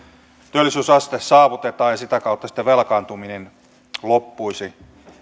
työllisyysaste saavutetaan ja sitä kautta sitten velkaantuminen loppuisi